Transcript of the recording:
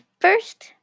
first